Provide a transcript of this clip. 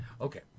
okay